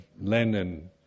Lenin